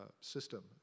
system